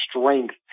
strength